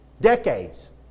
Decades